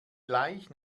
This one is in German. gleich